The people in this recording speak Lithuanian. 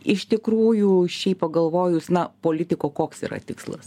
iš tikrųjų šiaip pagalvojus na politiko koks yra tikslas